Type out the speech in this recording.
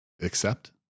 accept